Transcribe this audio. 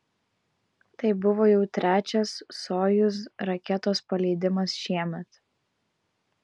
tai buvo jau trečias sojuz raketos paleidimas šiemet